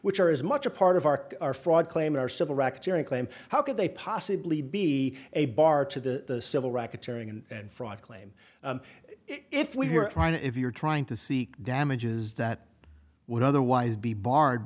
which are as much a part of arc or fraud claim or civil racketeering claim how could they possibly be a bar to the civil racketeering and fraud claim if we were trying to if you're trying to seek damages that would otherwise be barred